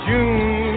June